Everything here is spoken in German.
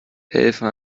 helfen